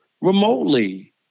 remotely